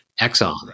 Exxon